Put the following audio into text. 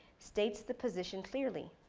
states the position clearly.